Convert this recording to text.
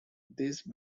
these